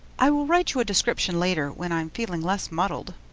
i will write you a description later when i'm feeling less muddled